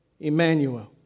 Emmanuel